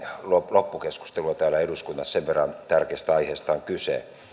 loppukeskustelua täällä eduskunnassa sen verran tärkeästä aiheesta on kyse